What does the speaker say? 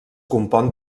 compon